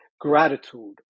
gratitude